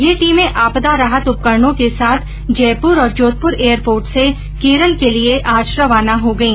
ये टीमें आपदा राहत उपकरणों के साथ जयपुर और जोधपुर एयरपोर्ट से केरल के लिए आज रवाना हो गई